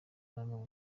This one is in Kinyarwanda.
nanone